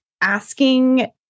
asking